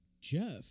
Jeff